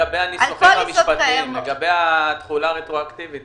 לגבי התחולה הרטרואקטיבית